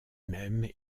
même